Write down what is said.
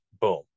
boom